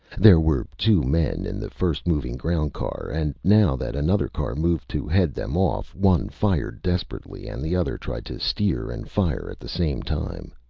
there were two men in the first-moving ground car, and now that another car moved to head them off, one fired desperately and the other tried to steer and fire at the same time.